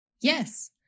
Yes